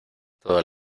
todas